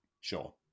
sure